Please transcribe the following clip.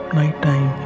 nighttime